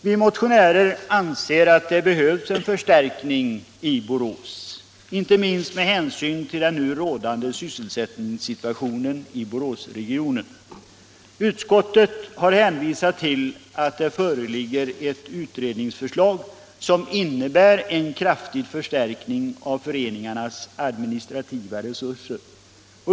Vi motionärer anser att det behövs en förstärkning i Borås, inte minst med hänsyn till den nu rådande sysselsättningssituationen i Boråsregionen. Utskottet har hänvisat till att det föreligger ett utredningsförslag, som innebär en kraftig förstärkning av föreningarnas administrativa resurser.